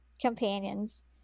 companions